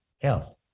Health